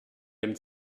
dem